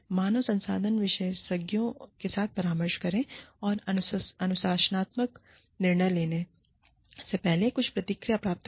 मानव संसाधन विशेषज्ञों के साथ परामर्श करें और अनुशासनात्मक निर्णय लेने से पहले कुछ प्रतिक्रिया प्राप्त करें